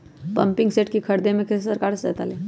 Pumping set के ख़रीदे मे कैसे सरकार से सहायता ले?